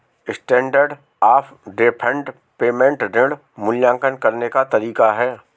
standard of deferred payment ऋण मूल्यांकन करने का तरीका है